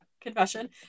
confession